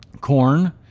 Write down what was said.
Corn